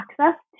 access